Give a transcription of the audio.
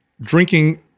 drinking